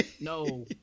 No